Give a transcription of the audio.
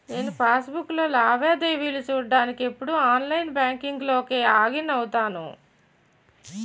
నేను పాస్ బుక్కులో లావాదేవీలు చూడ్డానికి ఎప్పుడూ ఆన్లైన్ బాంకింక్ లోకే లాగిన్ అవుతాను